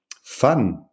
fun